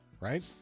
right